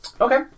Okay